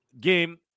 game